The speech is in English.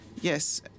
Yes